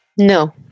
No